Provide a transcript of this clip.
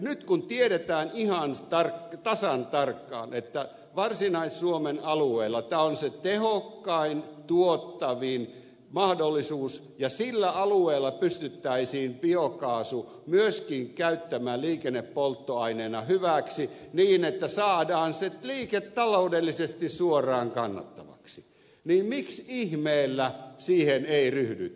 nyt kun tiedetään ihan tasan tarkkaan että varsinais suomen alueella tämä on se tehokkain tuottavin mahdollisuus ja sillä alueella pystyttäisiin biokaasu myöskin käyttämään liikennepolttoaineena hyväksi niin että saadaan se liiketaloudellisesti suoraan kannattavaksi niin miksi ihmeellä siihen ei ryhdytä